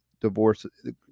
divorce